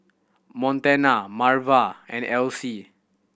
Montana Marva and Elsie